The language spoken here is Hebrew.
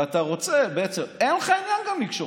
ואתה רוצה בעצם, גם אין לך עניין לקשור,